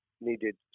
needed